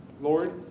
Lord